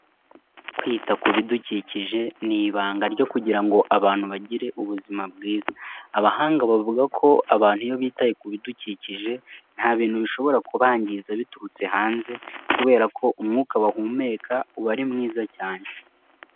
Kwita ku bidukikije ni ibanga ryo kugira ngo abantu bagire ubuzima bwiza, abahanga bavuga ko abantu iyo bitaye ku bidukikije nta bintu bishobora kubangiza biturutse hanze kubera ko umwuka bahumeka uba ari mwiza cyane.